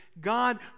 God